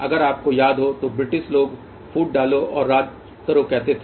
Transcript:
अगर आपको याद हो तो ब्रिटिश लोग फूट डालो और राज करो कहते थे